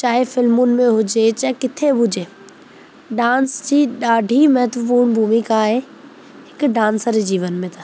चाहे फ़िल्मुनि में हुजे चाहे किथे बि हुजे डांस जी ॾाढी महत्वपूर्ण भूमिका आहे हिकु डांसर जीवन में